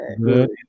Good